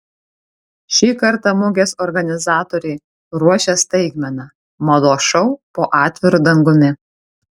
šį kartą mugės organizatoriai ruošia staigmeną mados šou po atviru dangumi